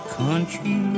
country